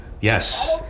Yes